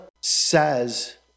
says